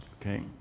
okay